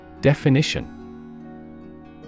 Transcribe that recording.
Definition